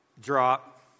drop